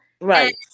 Right